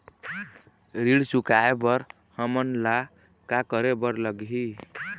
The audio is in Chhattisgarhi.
ऋण चुकाए बर हमन ला का करे बर लगही?